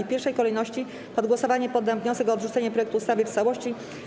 W pierwszej kolejności pod głosowanie poddam wniosek o odrzucenie projektu ustawy w całości.